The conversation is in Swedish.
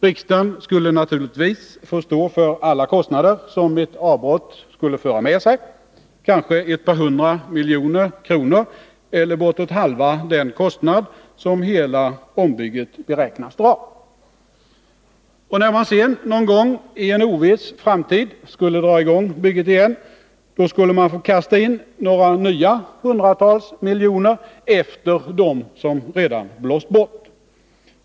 Riksdagen skulle naturligtvis få stå för alla de kostnader som ett avbrott skulle föra med sig — kanske ett par hundra miljoner kronor eller bortåt halva den kostnad som hela ombyggnaden beräknas dra. Och när man sedan — någon gång i en oviss framtid — skulle dra i gång bygget igen skulle man få kasta in några nya hundratals miljoner efter dem som redan blåst bort.